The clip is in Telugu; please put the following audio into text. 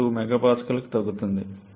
2 MPa కి తగ్గుతుంది